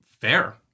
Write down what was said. Fair